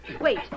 Wait